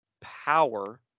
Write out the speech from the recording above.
power